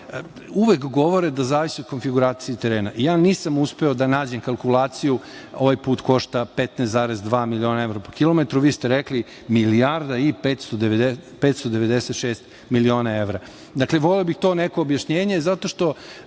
Uvek govore da zavisi od konfiguracije terena ja nisam uspeo da nađem kalkulaciju. Ovaj put košta 15,2 miliona evra po kilometru, vi ste rekli milijarda i 596 miliona evra. Dakle, voleo bih to neko objašnjenje zato što